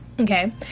Okay